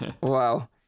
wow